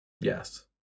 Yes